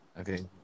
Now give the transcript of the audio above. Okay